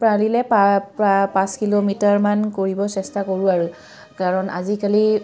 পাৰিলে প্ৰায় পাঁচ কিলোমিটাৰমান কৰিব চেষ্টা কৰোঁ আৰু কাৰণ আজিকালি